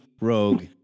Rogue